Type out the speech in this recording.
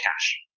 cash